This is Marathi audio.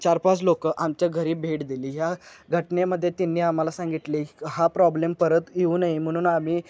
चार पाच लोक आमच्या घरी भेट दिली ह्या घटनेमध्ये त्यांनी आम्हाला सांगितले हा प्रॉब्लेम परत येऊ नये म्हणून आम्ही